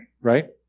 right